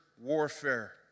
warfare